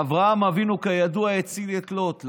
ואברהם אבינו, כידוע, הציל את לוט.